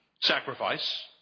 sacrifice